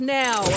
now